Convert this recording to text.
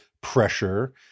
pressure